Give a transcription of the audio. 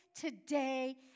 today